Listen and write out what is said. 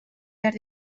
behar